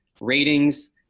Ratings